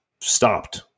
stopped